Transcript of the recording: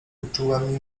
uczułem